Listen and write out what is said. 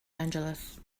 angeles